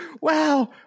Wow